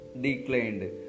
declined